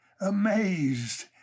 amazed